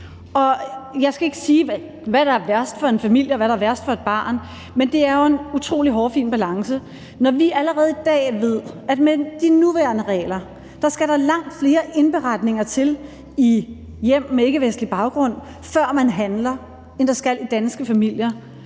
Jeg skal ikke kunne sige, hvad der er værst for en familie, eller hvad der værst for et barn, men det er jo en utrolig hårfin balance. Når vi allerede i dag ved, at der med de nuværende regler skal langt flere indberetninger til, før man handler, når det handler